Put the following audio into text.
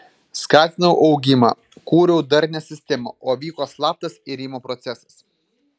skatinau augimą kūriau darnią sistemą o vyko slaptas irimo procesas